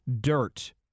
dirt